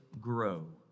grow